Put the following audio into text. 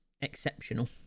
exceptional